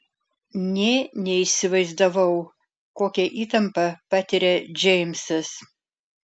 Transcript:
nė neįsivaizdavau kokią įtampą patiria džeimsas